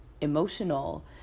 emotional